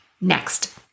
Next